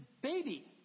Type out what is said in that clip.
baby